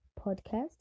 podcast